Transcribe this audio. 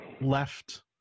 left